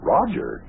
Roger